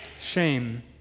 shame